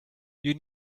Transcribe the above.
you